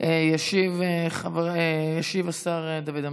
ישיב השר דוד אמסלם.